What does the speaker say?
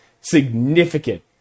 significant